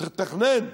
צריך לתכנן.